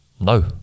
no